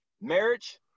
marriage